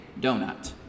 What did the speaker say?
donut